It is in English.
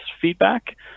feedback